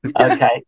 Okay